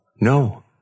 No